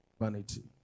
Vanity